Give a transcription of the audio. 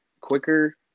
Quicker